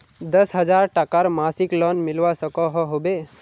दस हजार टकार मासिक लोन मिलवा सकोहो होबे?